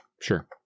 sure